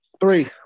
three